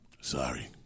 Sorry